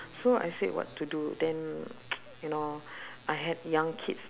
so I said what to do then you know I had young kids